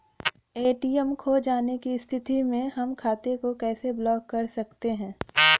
ATM खो जाने की स्थिति में हम खाते को कैसे ब्लॉक कर सकते हैं?